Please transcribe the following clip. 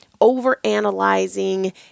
overanalyzing